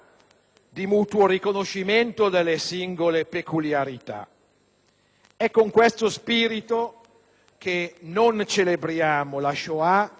di mutuo riconoscimento delle singole peculiarità. È con questo spirito che non celebriamo la Shoah,